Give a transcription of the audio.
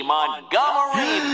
Montgomery